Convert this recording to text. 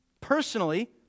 personally